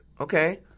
Okay